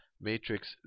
matrix